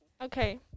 Okay